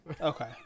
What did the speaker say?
Okay